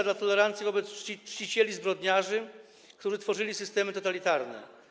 dla tolerancji wobec czcicieli zbrodniarzy, którzy tworzyli systemy totalitarne.